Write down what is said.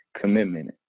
commitment